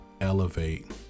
elevate